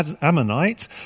Ammonite